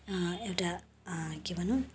एउटा के भनौँ